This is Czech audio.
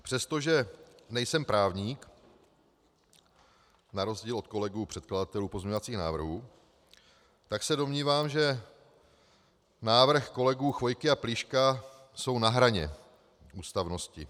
Přestože nejsem právník na rozdíl od kolegů předkladatelů pozměňovacích návrhů, tak se domnívám, že návrhy kolegů Chvojky a Plíška jsou na hraně ústavnosti.